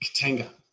Katanga